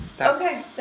Okay